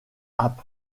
apt